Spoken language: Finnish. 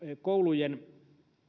koulujen